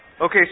Okay